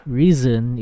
reason